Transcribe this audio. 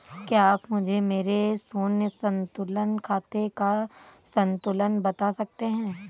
क्या आप मुझे मेरे शून्य संतुलन खाते का संतुलन बता सकते हैं?